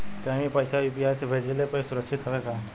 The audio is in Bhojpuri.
कहि भी पैसा यू.पी.आई से भेजली पर ए सुरक्षित हवे का?